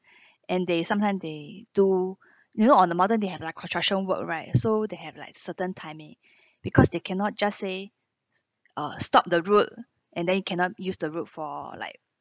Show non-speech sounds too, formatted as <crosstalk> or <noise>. <breath> and they sometimes they do you know on the mountain they had like construction work right so they have like certain timing <breath> because they cannot just say uh stop the road and then you cannot use the road for like